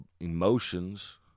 emotions